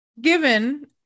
Given